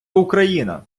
україна